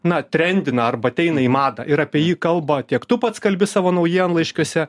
na trendina arba ateina į madą ir apie jį kalba tiek tu pats kalbi savo naujienlaiškiuose